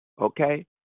Okay